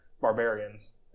barbarians